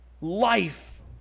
Life